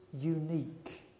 unique